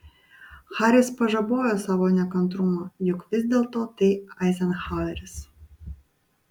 haris pažabojo savo nekantrumą juk vis dėlto tai eizenhaueris